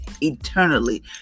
eternally